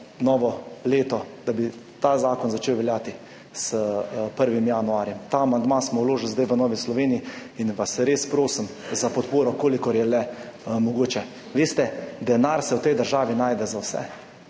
novo leto, da bi ta zakon začel veljati s 1. januarjem? Ta amandma smo zdaj vložili v Novi Sloveniji in vas res prosim za podporo, kolikor je le mogoče. Veste, denar se v tej državi najde za vse,